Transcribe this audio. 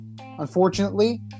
Unfortunately